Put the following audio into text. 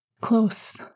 Close